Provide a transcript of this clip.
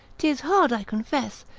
tis hard i confess,